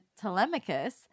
Telemachus